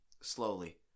slowly